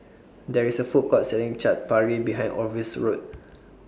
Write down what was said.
There IS A Food Court Selling Chaat Papri behind Orville's Road